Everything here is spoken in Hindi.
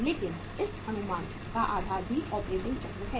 लेकिन इस अनुमान का आधार भी ऑपरेटिंग चक्र है